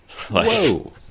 Whoa